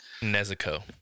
Nezuko